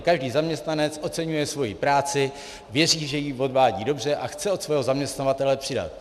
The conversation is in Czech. Každý zaměstnanec oceňuje svoji práci, věří, že ji odvádí dobře, a chce od svého zaměstnavatele přidat.